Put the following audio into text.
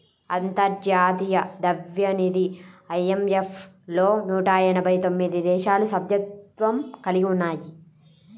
అంతర్జాతీయ ద్రవ్యనిధి ఐ.ఎం.ఎఫ్ లో నూట ఎనభై తొమ్మిది దేశాలు సభ్యత్వం కలిగి ఉన్నాయి